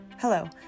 Hello